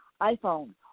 iPhone